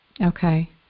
Okay